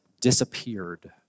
disappeared